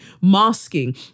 masking